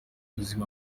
buzima